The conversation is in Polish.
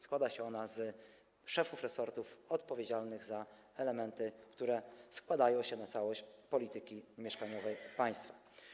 Składa się ona z szefów resortów odpowiedzialnych za elementy, które składają się na całość polityki mieszkaniowej państwa.